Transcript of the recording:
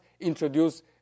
introduce